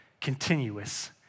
continuous